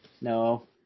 No